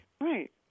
Right